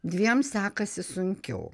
dviem sekasi sunkiau